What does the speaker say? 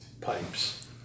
pipes